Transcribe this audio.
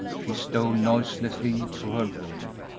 she stole noiselessly to her room.